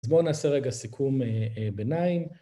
אז בואו נעשה רגע סיכום ביניים.